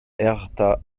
hertha